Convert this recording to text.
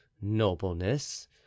nobleness